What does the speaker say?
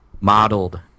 modeled